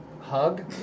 hug